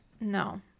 No